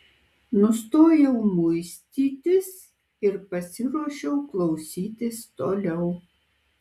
nustojau muistytis ir pasiruošiau klausytis toliau